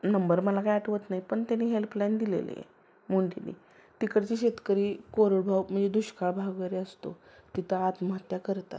number मला काय आठवत नाही पण त्यानी हेल्पलाईन दिलेलीये मुंडेनी तिकडची शेतकरी कोरडवाहू म्हणजे दुष्काळ भाग वगैरे असतो तिथं आत्महत्या करतात